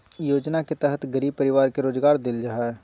योजना के तहत गरीब परिवार के रोजगार देल जा हइ